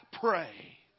Pray